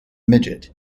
midget